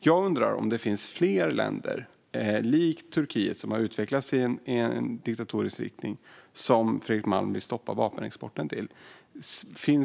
Jag undrar om det finns fler länder som likt Turkiet har utvecklats i en diktatorisk riktning till vilka Fredrik Malm vill stoppa vapenexporten.